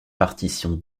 partition